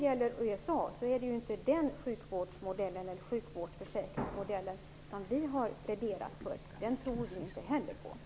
Vi har inte pläderat för den sjukvårdsförsäkringsmodell som man har i USA. Den tror inte vi heller på.